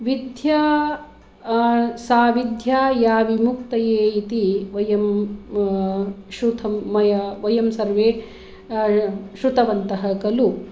विद्या सा विद्या या विमुक्तये इति वयं श्रुतं मया वयं सर्वे श्रुतवन्तः कलु